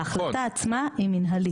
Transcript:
ההחלטה עצמה היא מנהלית,